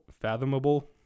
fathomable